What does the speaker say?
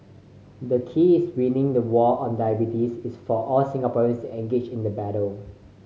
the keys winning the war on diabetes is for all Singaporeans engaged in the battle